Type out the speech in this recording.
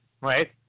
right